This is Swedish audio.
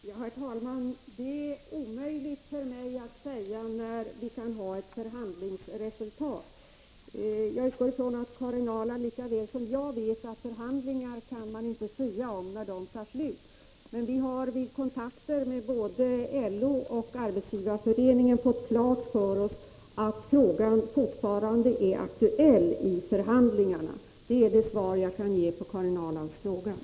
Herr talman! Det är omöjligt för mig att säga när ett förhandlingsresultat kan föreligga. Jag utgår från att Karin Ahrland lika väl som jag vet att man inte kan sia om när förhandlingar tar slut. Vi har vid kontakter med både LO och Arbetsgivareföreningen fått klart för oss att frågan fortfarande är aktuell i förhandlingarna. Det är det svar som jag kan ge Karin Ahrland.